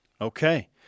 Okay